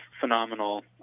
phenomenal